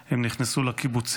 הם נכנסו לקיבוצים,